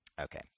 okay